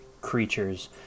creatures